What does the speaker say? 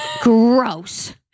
Gross